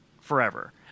forever